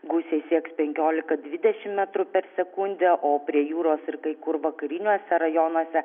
gūsiai sieks penkiolika dvidešimt metrų per sekundę o prie jūros ir kai kur vakariniuose rajonuose